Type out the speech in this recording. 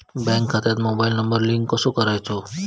Bank खात्यात mobile number link कसो करायचो?